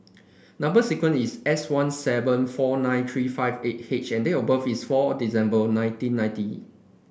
number sequence is S one seven four nine three five eight H and date of birth is four December nineteen ninety